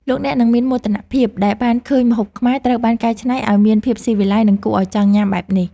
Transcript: លោកអ្នកនឹងមានមោទនភាពដែលបានឃើញម្ហូបខ្មែរត្រូវបានកែច្នៃឱ្យមានភាពស៊ីវិល័យនិងគួរឱ្យចង់ញ៉ាំបែបនេះ។